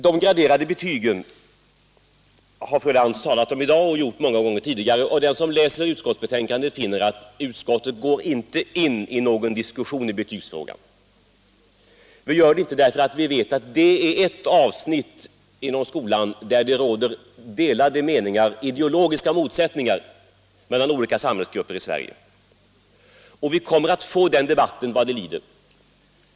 De graderade betygen har fru Lantz talat om i dag och många gånger tidigare. Den som läser utskottsbetänkandet finner att utskottet inte går in i någon diskussion i betygsfrågan. Vi avstår från det därför att vi vet att det är ett avsnitt inom skolan där det råder delade meningar —- ideologiska motsättningar — mellan olika samhällsgrupper i Sverige. Vi kommer att få den debatten vad det lider.